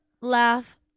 laugh